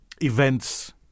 events